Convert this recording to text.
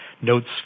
notes